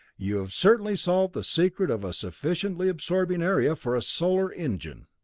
you have certainly solved the secret of a sufficiently absorbing area for a solar engine.